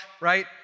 right